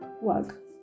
work